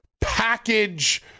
package